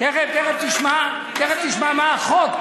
תכף תשמע מה החוק.